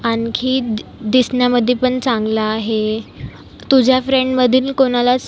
आणखी दि दिसण्यामध्ये पण चांगला आहे तुझ्या फ्रेणमधील कोणालास